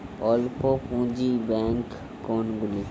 অল্প পুঁজি ব্যাঙ্ক কোনগুলি?